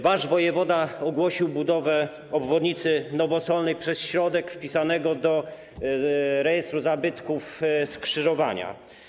Wasz wojewoda ogłosił budowę obwodnicy Nowosolnej przez środek wpisanego do rejestru zabytków skrzyżowania.